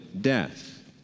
death